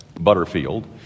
Butterfield